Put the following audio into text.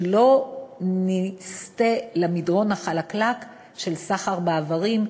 שלא נסטה למדרון החלקלק של סחר באיברים,